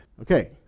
Okay